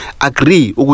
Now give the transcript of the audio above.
agree